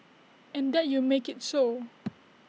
and that you make IT so